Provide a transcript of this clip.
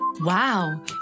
Wow